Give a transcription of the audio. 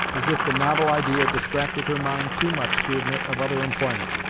as if the novel idea distracted her mind too much to admit of other employment.